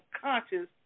conscious